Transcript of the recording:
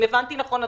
אם הבנתי נכון,